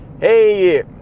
hey